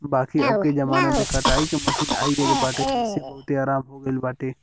बाकी अबके जमाना में कटाई के मशीन आई गईल बाटे जेसे बहुते आराम हो गईल बाटे